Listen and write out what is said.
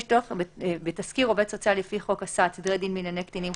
יש צורך בתסקיר עובד סוציאלי לפי חוק הסעד (סדרי דין בענייני קטינים,